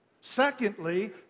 Secondly